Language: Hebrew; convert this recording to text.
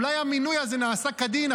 אולי המינוי הזה נעשה כדין,